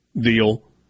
deal